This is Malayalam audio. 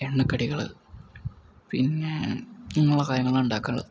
എണ്ണക്കടികൾ പിന്നെ ഇങ്ങനെയുള്ള കാര്യങ്ങളാണ് ഉണ്ടാക്കാറ്